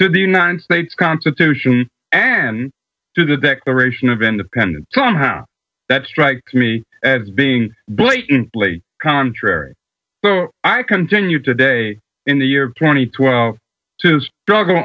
to the united states constitution and to the declaration of independence somehow that strikes me as being blatantly contrary i continue today in the year two thousand and twelve to struggle